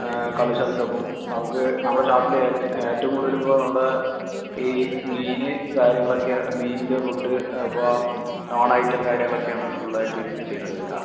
കള്ള് ഷാപ്പിന്റെ ഒപ്പം നമുക്ക് നമ്മുടെ ഷാപ്പിലെ ഏറ്റവും കൂടുതൽ ഇപ്പോൾ നമ്മുടെ ഈ മീന് കാര്യങ്ങളൊക്കെയാ മീനിന്റെ ഫുഡ്ഡ് ഇപ്പോൾ നോൺ ഐറ്റവും കാര്യങ്ങളൊക്കെയാണ് ഫുള്ളായിട്ട് ചെയ്യണം കേട്ടോ